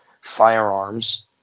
firearms